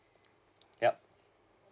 yup